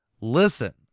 listen